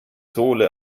sohle